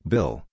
Bill